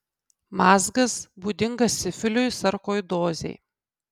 mazgas būdingas sifiliui sarkoidozei